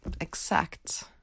exact